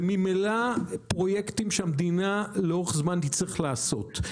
זה ממילא פרויקטים שהמדינה לאורך זמן תצטרך לעשות.